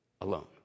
alone